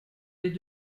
les